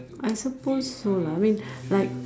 I suppose so lah I mean like